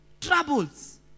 Troubles